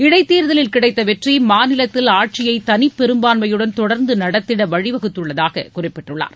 இடைத்தேர்தலில் கிடைத்த வெற்றி மாநிலத்தில் ஆட்சியை தனிப்பெரும்பான்மையுடன் தொடர்ந்து நடத்திட வழிவகுத்துள்ளதாக குறிப்பிட்டுள்ளார்